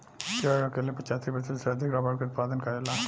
केरल अकेले पचासी प्रतिशत से अधिक रबड़ के उत्पादन करेला